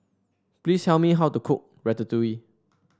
please tell me how to cook Ratatouille